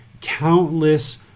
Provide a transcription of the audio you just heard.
countless